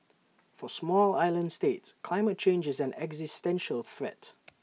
for small island states climate change is an existential threat